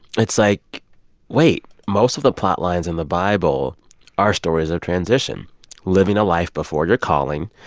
it's like wait. most of the plotlines in the bible are stories of transition living a life before your calling,